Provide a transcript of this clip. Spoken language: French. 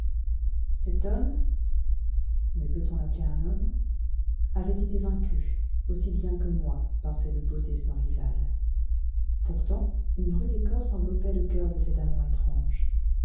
cet homme mais peut-on l'appeler un homme avait été vaincu aussi bien que moi par cette beauté sans rivale pourtant une rude écorce enveloppait le coeur de cet amant étrange